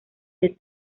del